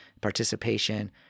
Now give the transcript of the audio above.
participation